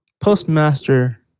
Postmaster